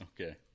okay